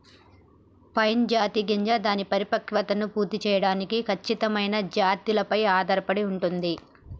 pine జాతి గింజ దాని పరిపక్వతను పూర్తి సేయడానికి ఖచ్చితమైన జాతులపై ఆధారపడి ఉంటుంది